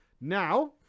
Now